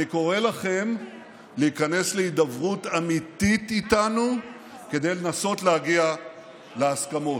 אני קורא לכם להיכנס להידברות אמיתית איתנו כדי לנסות להגיע להסכמות.